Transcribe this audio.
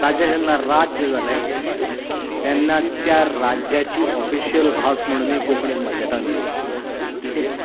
ताजें जेन्ना राज्य जाले तेन्ना त्या राज्याची ओफिशियल भास म्हणूनय कोंकणीक मान्यताय मेळ्ळी ओके